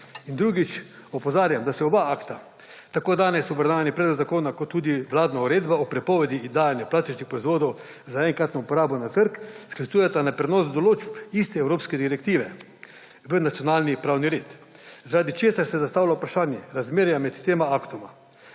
drugič, opozarjam, da se oba akta, tako danes obravnavani predlog zakona kot tudi vladna uredba o prepovedi dajanja plastičnih proizvodov za enkratno uporabo na trg, sklicujeta na prenos določb iste evropskega direktive v nacionalni pravni red, zaradi česar se zastavlja vprašanje razmerja med tema aktoma.